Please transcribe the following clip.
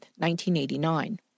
1989